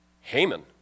Haman